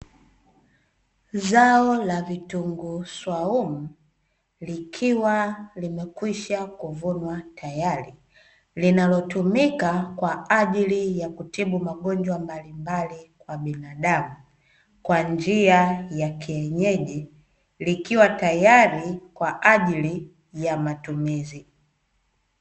Zao la vitunguu swaumu likiwa limekwisha kuvunwa tayari, linalotumika kwaajili ya kutibu magonjwa mbalimbali kwa binadamu kwa njia ya kienyeji likiwa tayari kwaajili ya matumizi.